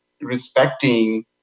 respecting